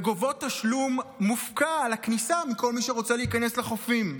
וגובות תשלום מופקע על הכניסה מכל מי שרוצה להיכנס לחופים.